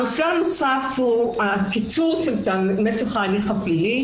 נושא נוסף הוא קיצור משך ההליך הפלילי.